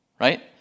right